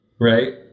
Right